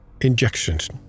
injections